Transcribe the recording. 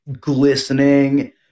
glistening